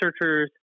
researchers